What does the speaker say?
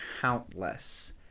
countless